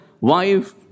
wife